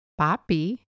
papi